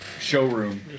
showroom